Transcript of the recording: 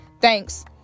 thanks